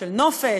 נופש,